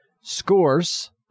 scores